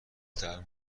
طرح